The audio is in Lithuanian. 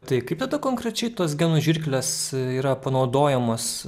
tai kaip tada konkrečiai tos genų žirklės yra panaudojamos